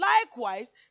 Likewise